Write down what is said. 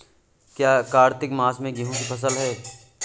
क्या कार्तिक मास में गेहु की फ़सल है?